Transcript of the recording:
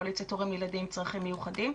קואליציית הורים לילדים עם צרכים מיוחדים.